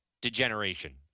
degeneration